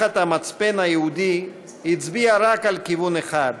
מחט המצפן היהודי הצביעה רק על כיוון אחד,